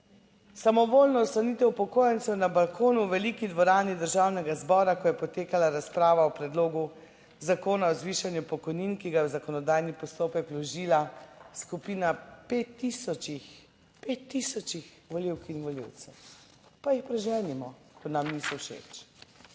samovoljno odstranitev upokojencev na balkonu v veliki dvorani Državnega zbora, ko je potekala razprava o predlogu Zakona o zvišanju pokojnin, ki ga je v zakonodajni postopek vložila skupina 5 tisočih volivk in volivcev. Pa jih preženimo ker nam niso všeč.